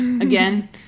again